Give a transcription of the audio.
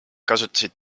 kasutasid